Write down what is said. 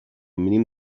mínim